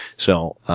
so,